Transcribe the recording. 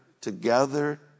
together